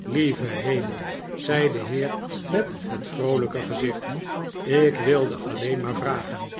lieve hemel zei de heer met het vroolijke gezicht ik wilde alleen maar vragen